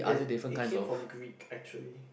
is it it came from Greek actually